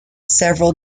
several